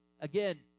again